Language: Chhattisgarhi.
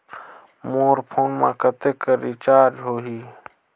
मोर फोन मा कतेक कर रिचार्ज हो ही?